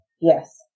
Yes